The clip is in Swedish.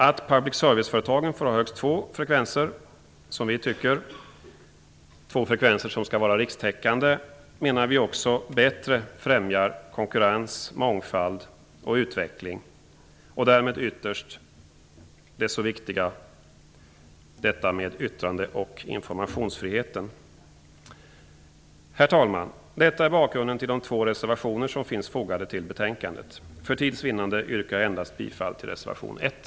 Att public service-företagen får ha högst två frekvenser, som skall vara rikstäckande, menar vi också bättre främjar konkurrens, mångfald och utveckling och därmed ytterst den så viktiga yttrande och informationsfriheten. Herr talman! Detta är bakgrunden till de två reservationer som finns fogade till betänkandet. För tids vinnande yrkar jag endast bifall till reservation 1.